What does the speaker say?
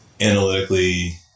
analytically